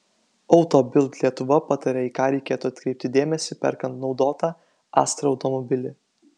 auto bild lietuva pataria į ką reikėtų atkreipti dėmesį perkant naudotą astra automobilį